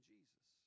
Jesus